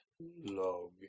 Log